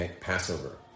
Passover